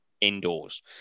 indoors